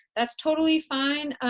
that's totally fine.